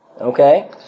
Okay